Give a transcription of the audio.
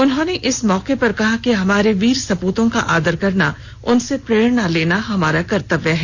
उन्होंने इस मौके पर कहा कि हमारे वीर सपूतों का आदर करना उनसे प्रेरणा लेना हमारा कर्तव्य है